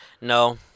No